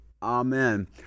Amen